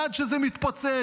עד שזה מתפוצץ,